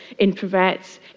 introverts